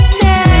take